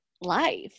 life